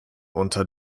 unter